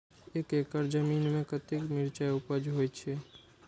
एक एकड़ जमीन में कतेक मिरचाय उपज होई छै?